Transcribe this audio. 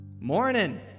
Morning